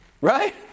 Right